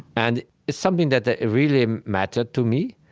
and it's something that that really mattered to me.